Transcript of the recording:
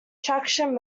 traction